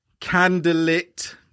candlelit